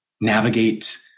navigate